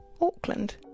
Auckland